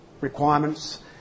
requirements